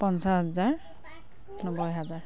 পঞ্চাছ হাজাৰ নব্বৈ হাজাৰ